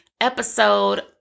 episode